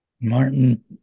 Martin